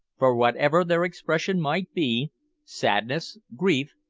for whatever their expression might be sadness, grief,